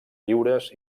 lliures